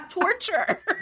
torture